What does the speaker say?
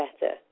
better